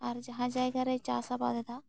ᱟᱨ ᱡᱟᱦᱟᱸ ᱡᱟᱭᱜᱟ ᱨᱮ ᱪᱟᱥ ᱟᱵᱟᱫᱽ ᱮᱫᱟ